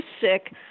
sick